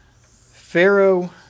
Pharaoh